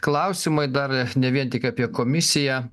klausimai dar ne vien tik apie komisiją